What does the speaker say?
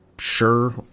Sure